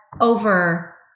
over